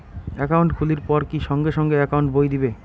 Account খুলির পর কি সঙ্গে সঙ্গে একাউন্ট বই দিবে?